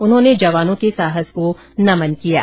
उन्होंने जवानों के साहस को नमन किया है